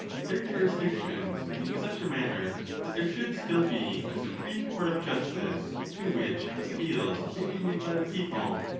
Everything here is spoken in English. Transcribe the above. their jurisdictions, in such a manner that there should still be a supreme court of justice, to which appeals may be made by the people.